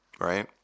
Right